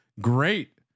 great